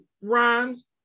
rhymes